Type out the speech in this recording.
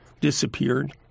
disappeared